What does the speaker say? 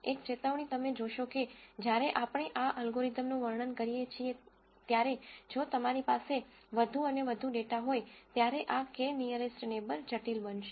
એક ચેતવણી તમે જોશો કે જ્યારે આપણે આ અલ્ગોરિધમનો વર્ણન કરીએ ત્યારે જો તમારી પાસે વધુ અને વધુ ડેટા હોય ત્યારે આ k નીઅરેસ્ટ નેબર જટિલ બનશે